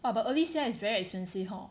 !wah! but early 现在 is very expensive hor